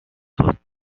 thought